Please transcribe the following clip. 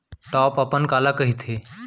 Top अपन काला कहिथे?